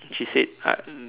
she said like